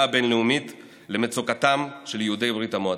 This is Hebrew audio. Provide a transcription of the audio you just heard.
הבין-לאומית למצוקת יהודי ברית המועצות.